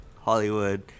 Hollywood